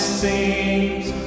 seems